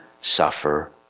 suffer